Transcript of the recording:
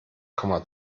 komma